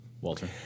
Walter